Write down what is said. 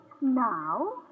Now